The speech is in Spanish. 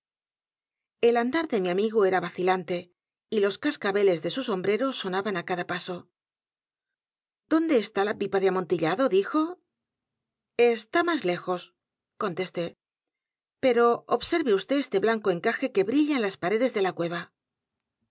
el andar de mi amigo era vacilante y los cascabeles de su sombrero sonaban á cada paso dónde está la pipa de amontillado dijo está más lejos contesté pero observe vd este blanco encaje que brilla en las paredes de la cueva